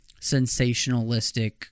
sensationalistic